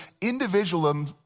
individualism